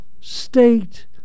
state